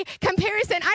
comparison